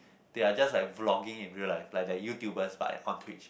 they are just like blogging in real life like the YouTubers but on Tweets